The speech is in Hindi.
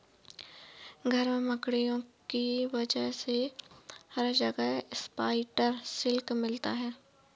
घर में मकड़ियों की वजह से हर जगह स्पाइडर सिल्क मिलता है